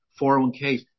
401ks